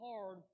hard